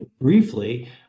briefly